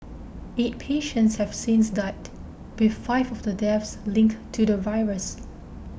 eight patients have since died with five of the deaths linked to the virus